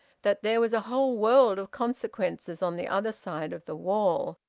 that there was a whole world of consequences on the other side of the wall,